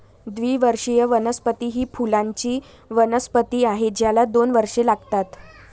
द्विवार्षिक वनस्पती ही फुलांची वनस्पती आहे ज्याला दोन वर्षे लागतात